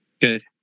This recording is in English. Good